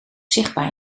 zichtbaar